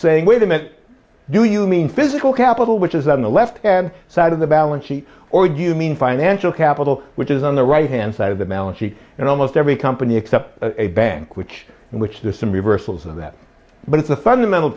saying wait a minute do you mean physical capital which is on the left hand side of the balance sheet or do you mean financial capital which is on the right hand side of the balance sheet in almost every company except a bank which in which there's some reversals of that but it's a fundamental